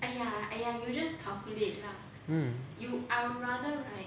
mm